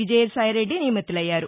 విజయ సాయిరెడ్డి నియమితులయ్యారు